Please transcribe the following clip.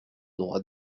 droit